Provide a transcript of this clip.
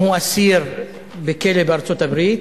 אם הוא אסיר בכלא בארצות-הברית,